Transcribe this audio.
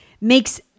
makes